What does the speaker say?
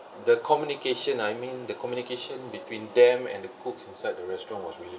the communication I mean the communication between them and the cooks inside the restaurant was really